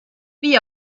wie